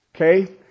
Okay